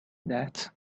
that